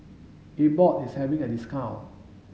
abbott is having a discount